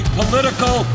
political